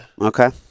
Okay